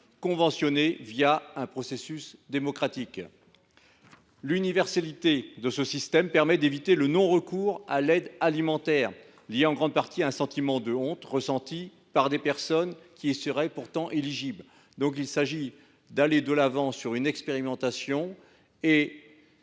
conventionnés un processus démocratique. L’universalité de ce système permet d’éviter le non recours à l’aide alimentaire, lié en grande partie à un sentiment de honte ressenti par des personnes qui seraient pourtant éligibles. Il s’agit d’aller de l’avant sur une expérimentation,